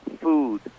food